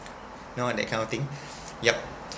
know that kind of thing